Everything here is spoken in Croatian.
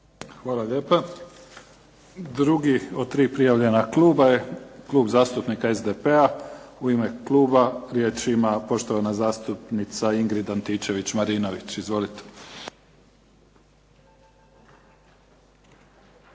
Hvala lijepa. Drugi od tri prijavljena kluba je Klub zastupnika SDP-. U ime kluba riječ ima poštovana zastupnica Ingrid Antičević-Marinović. Izvolite.